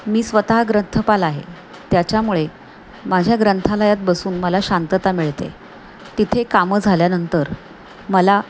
मी स्वतः ग्रंथपाल आहे त्याच्यामुळे माझ्या ग्रंथालयात बसून मला शांतता मिळते तिथे कामं झाल्यानंतर मला